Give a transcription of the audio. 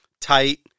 Tight